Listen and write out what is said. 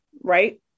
right